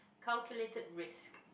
calculated risk